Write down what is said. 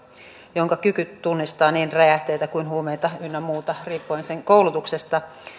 jonka kyky tunnistaa niin räjähteitä kuin huumeita ynnä muita riippuen sen koulutuksesta